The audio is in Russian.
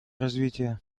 развития